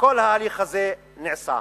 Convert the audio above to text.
כל ההליך הזה נעשה.